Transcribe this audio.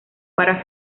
para